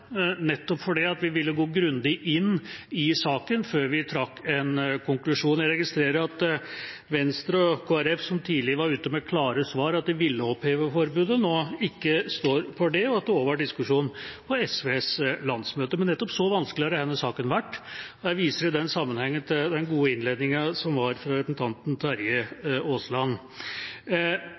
nettopp fordi vi ville gå grundig inn i saken før vi trakk en konklusjon. Jeg registrerer at Venstre og Kristelig Folkeparti, som tidlig var ute med klare svar – de ville oppheve forbudet – nå ikke står for det, og at det også var diskusjon på SVs landsmøte. Men nettopp så vanskelig har denne saken vært. Jeg viser i den sammenheng til den gode innledninga som var fra representanten Terje